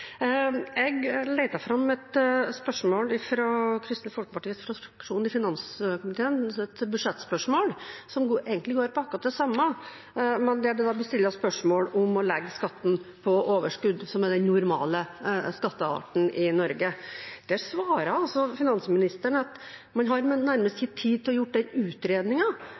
Jeg lette fram et spørsmål fra Kristelig Folkepartis fraksjon i finanskomiteen, et budsjettspørsmål som egentlig går på akkurat på det samme, men der det blir stilt spørsmål om å legge skatten på overskudd, som er den normale skattearten i Norge. Der svarer finansministeren at man nærmest ikke har tid til å